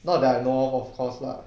not that I know of of course lah